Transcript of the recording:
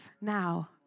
now